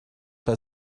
bei